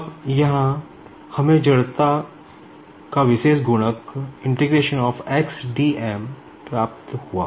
अब यहां हमें इनरशिया का विशेष गुणक प्राप्त हुआ